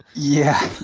yeah.